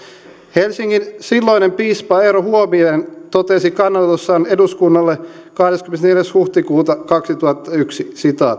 helsingin silloinen piispa eero huovinen totesi kannanotossaan eduskunnalle kahdeskymmenesneljäs huhtikuuta kaksituhattayksi